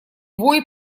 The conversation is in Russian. вой